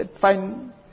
Fine